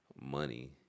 money